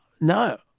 no